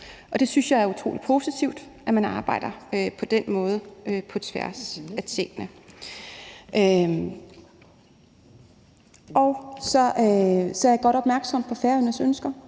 Jeg synes, at det er utrolig positivt, at man arbejder på den måde på kryds og tværs af tingene. Jeg er godt opmærksom på Færøernes ønsker.